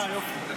אה, יופי.